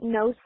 no